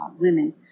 women